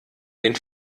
den